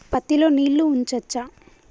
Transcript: పత్తి లో నీళ్లు ఉంచచ్చా?